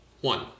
One